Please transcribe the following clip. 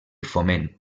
foment